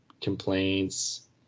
complaints